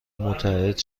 متعهد